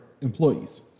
employees